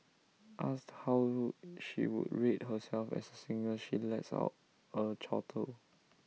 asked how would she would rate herself as A singer she lets out A chortle